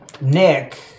Nick